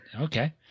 okay